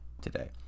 today